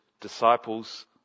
disciples